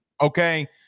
Okay